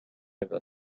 river